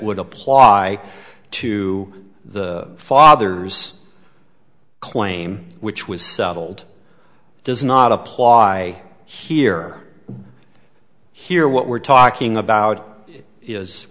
would apply to the father's claim which was settled does not apply here here what we're talking about is